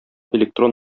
электрон